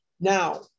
Now